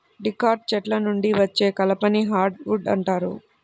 dicot చెట్ల నుండి వచ్చే కలపని హార్డ్ వుడ్ అంటారు